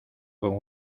con